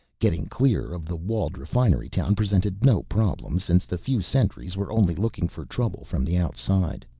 getting clear of the walled refinery town presented no problem since the few sentries were only looking for trouble from the outside.